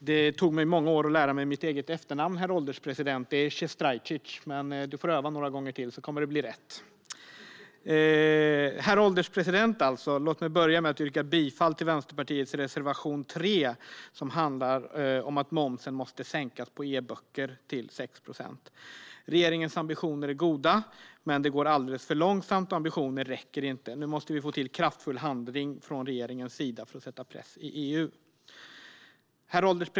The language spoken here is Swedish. Herr ålderspresident! Låt mig börja med att yrka bifall till Vänsterpartiets reservation 3 som handlar om att momsen måste sänkas på e-böcker till 6 procent. Regeringens ambitioner är goda, men det går alldeles för långsamt och ambitioner räcker inte. Det krävs kraftfull handling från regeringens sida för att sätta press i EU.